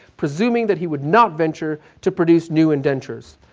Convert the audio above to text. presuming that he would not venture to produce new indentures.